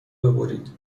ببرید